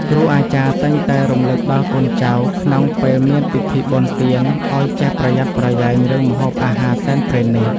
គ្រូអាចារ្យតែងតែរំលឹកដល់កូនចៅក្នុងពេលមានពិធីបុណ្យទានឱ្យចេះប្រយ័ត្នប្រយែងរឿងម្ហូបអាហារសែនព្រេននេះ។